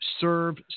serve